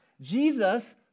Jesus